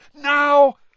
now